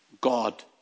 God